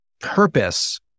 purpose